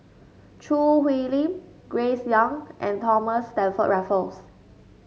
Choo Hwee Lim Grace Young and Thomas Stamford Raffles